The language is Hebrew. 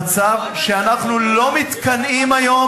עמדה, עמדה, עמדה במצב שאנחנו לא מתקנאים היום,